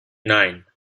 nine